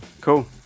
Cool